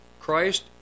Christ